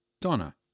Donna